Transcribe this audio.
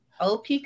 OP